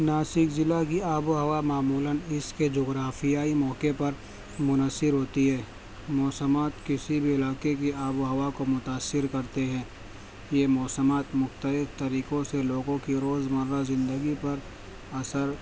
ناسک ضلع کی آب و ہوا معمولاً اس کے جغرافیائی موقع پر منحصر ہوتی ہے موسمات کسی بھی علاقے کی آب و ہوا کو متاثر کرتے ہیں یہ موسمات مختلف طریقوں سے لوگوں کی روز مرّہ زندگی پر اثر